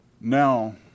Now